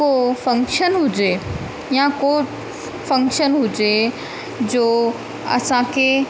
को फंक्शन हुजे या को फंक्शन हुजे जो असां खे